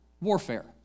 Warfare